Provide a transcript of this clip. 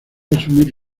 asumir